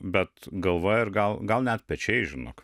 bet galva ir gal gal net pečiai žinok